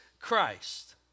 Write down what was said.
Christ